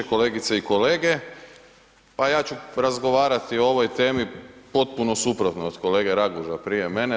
Kolegice i kolege, pa ja ću razgovarati o ovoj temi potpuno suprotno od kolege Raguža prije mene.